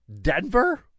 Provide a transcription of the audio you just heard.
Denver